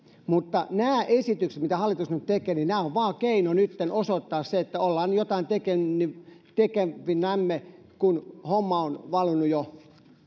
mutta nämä esitykset mitä hallitus nyt tekee ovat vain keino nytten osoittaa se että ollaan jotain tekevinämme kun homman hallinta on valunut jo